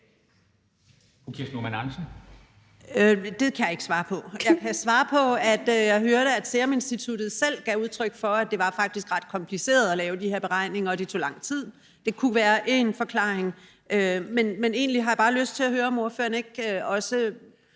Det kan jeg ikke svare på. Men jeg kan svare på den måde, at jeg hørte, at Seruminstituttet selv gav udtryk for, at det faktisk var ret kompliceret at lave de her beregninger, og at det tog lang tid. Det kunne være én forklaring. Men egentlig har jeg bare lyst til at høre, om ordføreren ikke også